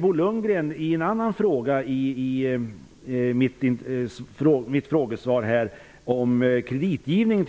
På en annan punkt i sitt frågesvar sade Bo Lundgren